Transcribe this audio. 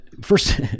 First